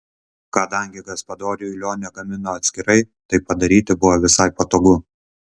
kadangi gaspadoriui lionė gamino atskirai taip padaryti buvo visai patogu